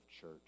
church